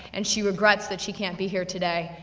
and she regrets that she can't be here today,